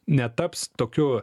netaps tokiu